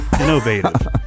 innovative